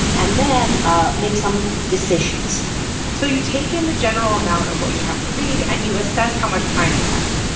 and then ah make some decisions so you take in the general amount of what you have to read and you assess how much time you have.